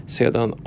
sedan